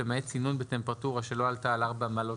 למעט צינון בטמפרטורה שלא עלתה על ארבע מעלות